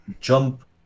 jump